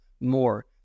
more